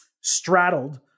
straddled